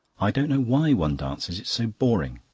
i don't know why one dances. it's so boring.